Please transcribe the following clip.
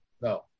No